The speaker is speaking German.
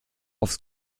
aufs